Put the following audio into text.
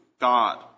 God